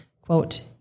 quote